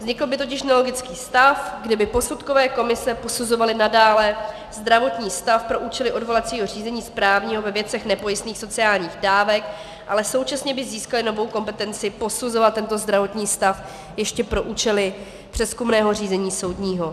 Vznikl by totiž nelogický stav, kdy by posudkové komise posuzovaly nadále zdravotní stav pro účely odvolacího řízení správního ve věcech nepojistných sociálních dávek, ale současně by získaly novou kompetenci posuzovat tento zdravotní stav ještě pro účely přezkumného řízení soudního.